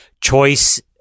choice